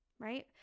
Right